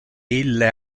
ille